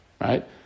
right